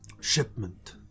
shipment